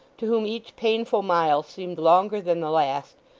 to whom each painful mile seemed longer than the last,